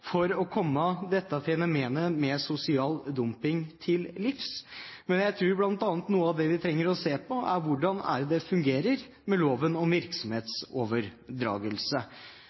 for å komme fenomenet med sosial dumping til livs. Men jeg tror at noe av det vi bl.a. trenger å se på, er hvordan loven om virksomhetsoverdragelse fungerer.